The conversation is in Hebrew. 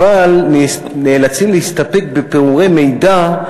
אבל נאלצים להסתפק בפירורי מידע,